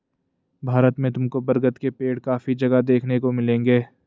भारत में तुमको बरगद के पेड़ काफी जगह देखने को मिलेंगे